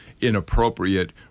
inappropriate